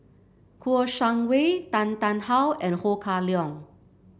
Kouo Shang Wei Tan Tarn How and Ho Kah Leong